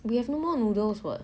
we have no more noodles [what]